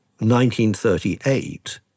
1938